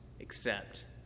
accept